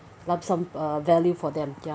lump sum uh value for them ya